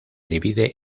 divide